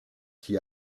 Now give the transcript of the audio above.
qui